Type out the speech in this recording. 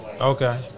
Okay